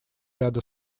ряда